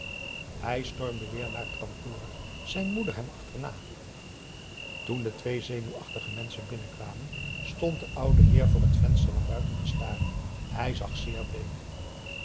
hij stormde weêr naar t kantoor zijn moeder hem achterna toen de twee zenuwachtige menschen binnenkwamen stond de oude heer voor het venster naar buiten te staren hij zag zeer bleek